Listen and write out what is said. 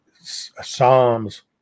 Psalms